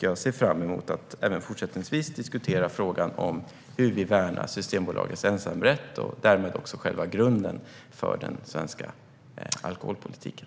Jag ser fram emot att även fortsättningsvis diskutera frågan om hur vi värnar Systembolagets ensamrätt och därmed också själva grunden för den svenska alkoholpolitiken.